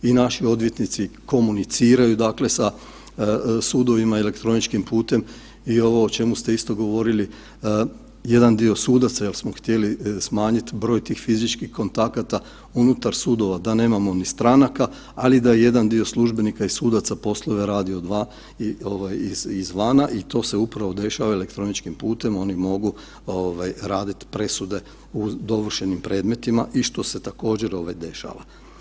I naši odvjetnici komuniciraju dakle sa sudovima elektroničkim putem i ovo o čemu ste isto govorili, jedan dio sudaca jer smo htjeli smanjiti broj tih fizičkih kontakata unutar sudova da nemamo ni stranaka, ali da jedan dio službenika i sudaca poslove radi izvana i to se upravo dešava elektroničkim putem, oni mogu raditi presude u dovršenim predmetima, i što se također, dešava.